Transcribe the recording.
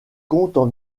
comptent